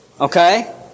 Okay